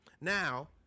Now